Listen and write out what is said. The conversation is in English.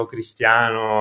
Cristiano